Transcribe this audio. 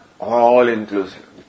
All-inclusive